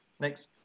Thanks